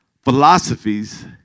philosophies